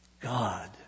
God